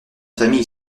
famille